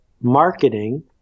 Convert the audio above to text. marketing